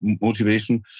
motivation